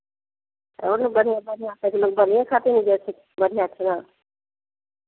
तऽ ओहो ने बढ़िआँ बढ़िआँ लोक बढ़िएँ खातिर ने जाइ छै बढ़िआँ ठिना